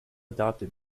adopted